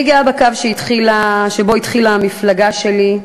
אני גאה בקו שבו התחילה המפלגה שלי,